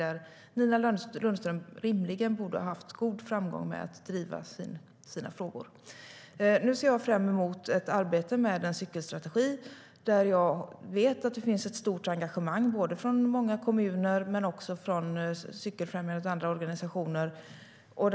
Då borde Nina Lundström rimligen ha haft god framgång med att driva sina frågor. Jag ser fram emot arbetet med cykelstrategin. Jag vet att det finns ett stort engagemang från såväl många kommuner som Cykelfrämjandet och andra organisationer.